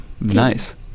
nice